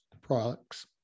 products